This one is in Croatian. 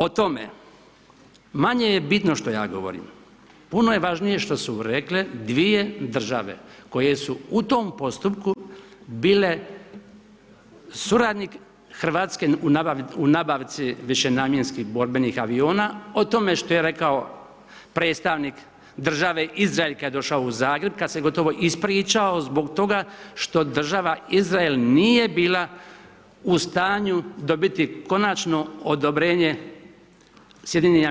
O tome manje je bitno što ja govorim, puno je važnije što su rekle dvije države koje su u tom postupku bile suradnik Hrvatske u nabavci višenamjenskih borbenih aviona, o tome što je rekao predstavnik države Izrael kad je došao u Zagreb, kad se gotovo ispričao zbog toga što država Izrael nije bila u stanju dobiti konačno odobrenje SAD-a